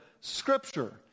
Scripture